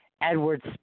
Edwards